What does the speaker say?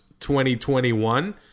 2021